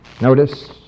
notice